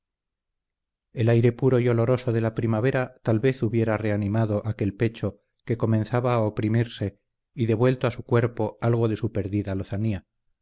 el aire puro y oloroso de la primavera tal vez hubiera reanimado aquel pecho que comenzaba a oprimirse y devuelto a su cuerpo algo de su perdida lozanía